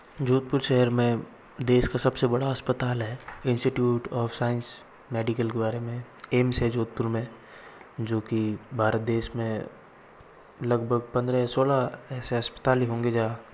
जोधपुर शहर में देश का सबसे बड़ा अस्पताल है इंसिट्यूट ऑफ़ साइंस मेडिकल के बारे में एम्स है जोधपुर में जो कि भारत देश में लगभग पंद्रह सोलह ऐसे अस्पताल ही होंगे जहाँ